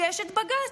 שיש את בג"ץ.